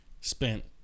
spent